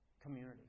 community